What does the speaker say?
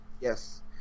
Yes